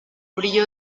brillo